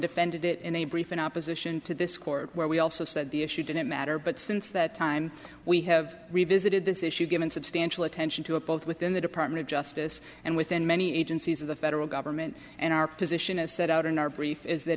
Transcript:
defended it in a brief in opposition to this court where we also said the issue didn't matter but since that time we have revisited this issue given substantial attention to it both within the department of justice and within many agencies of the federal government and our position as set out in our brief is that